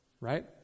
right